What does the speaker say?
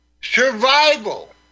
survival